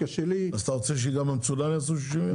אז אתה רוצה שגם המצונן יעשו 60 יום?